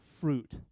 fruit